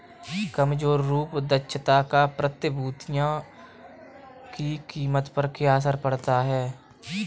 कमजोर रूप दक्षता का प्रतिभूतियों की कीमत पर क्या असर पड़ता है?